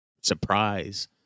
surprise